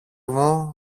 μου